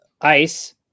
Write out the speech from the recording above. ice